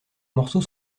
morceaux